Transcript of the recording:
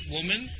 Woman